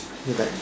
ya like